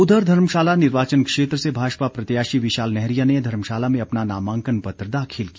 उधर धर्मशाला निर्वाचन क्षेत्र से भाजपा प्रत्याशी विशाल नैहरिया ने धर्मशाला में अपना नामांकन पत्र दाखिल किया